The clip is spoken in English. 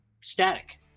static